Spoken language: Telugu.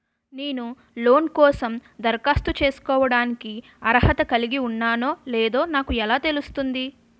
నేను లోన్ కోసం దరఖాస్తు చేసుకోవడానికి అర్హత కలిగి ఉన్నానో లేదో నాకు ఎలా తెలుస్తుంది?